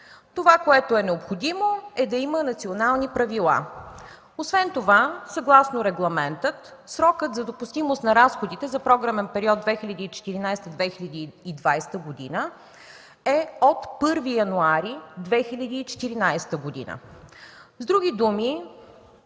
Това, което е необходимо, е да има национални правила. Освен това, съгласно регламента срокът за допустимост на разходите за програмния период 2014-2020 г. е от 1 януари 2014 г. С други думи,